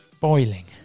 boiling